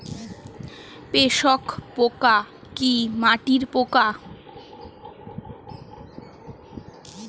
শোষক পোকা কি মাটির পোকা?